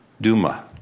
Duma